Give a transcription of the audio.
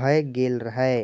भए गेल रहै